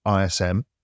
ISM